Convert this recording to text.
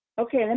Okay